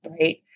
right